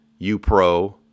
UPRO